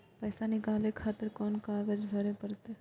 पैसा नीकाले खातिर कोन कागज भरे परतें?